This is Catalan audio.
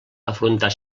afrontar